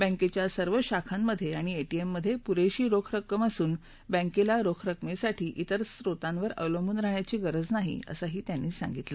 बँकेच्य सर्व शाखांमध्ये आणि एटीएम मध्ये पुरेशी रोख रक्कम असून बँकेला रोख रकमेसाठी ईतर स्त्रोतांवर अवलंबून राहण्याची गरज नाही असंही त्यांनी सांगितलं